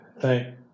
thank